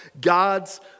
God's